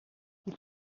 die